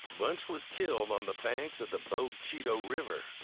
bunch was killed on the banks of the bogue chitto river,